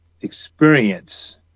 experience